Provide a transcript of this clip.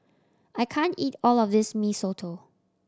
I can't eat all of this Mee Soto